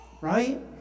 Right